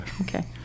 Okay